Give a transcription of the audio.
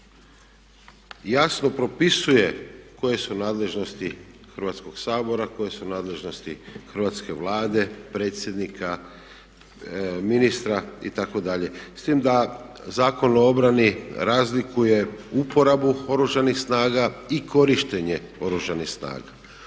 jasno propisuje koje su nadležnosti Hrvatskog sabora, koje su nadležnosti Hrvatske vlade, predsjednika, ministra itd. S tim da Zakon o obrani razlikuje uporabu Oružanih snaga i korištenje Oružanih snaga.